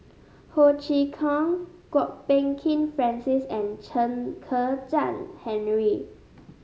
Ho Chee Kong Kwok Peng Kin Francis and Chen Kezhan Henri